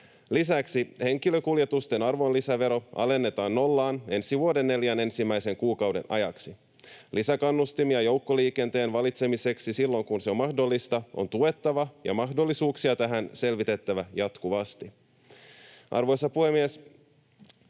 Lisäksi henkilökuljetusten arvonlisävero alennetaan nollaan ensi vuoden neljän ensimmäisen kuukauden ajaksi. Lisäkannustimia joukkoliikenteen valitsemiseksi silloin, kun se on mahdollista, on tuettava ja mahdollisuuksia tähän selvitettävä jatkuvasti. Arvoisa puhemies!